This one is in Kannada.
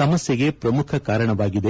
ಸಮಸ್ನೆಗೆ ಪ್ರಮುಖ ಕಾರಣವಾಗಿದೆ